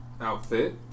outfit